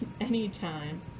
anytime